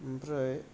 आमफ्राय